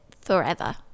forever